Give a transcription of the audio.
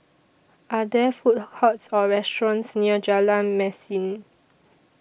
Are There Food Courts Or restaurants near Jalan Mesin